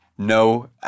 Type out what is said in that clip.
No